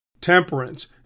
temperance